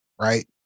right